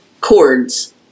chords